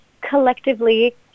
collectively